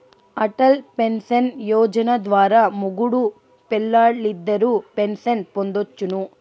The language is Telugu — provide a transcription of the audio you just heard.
అటల్ పెన్సన్ యోజన ద్వారా మొగుడూ పెల్లాలిద్దరూ పెన్సన్ పొందొచ్చును